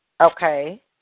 Okay